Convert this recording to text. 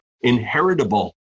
inheritable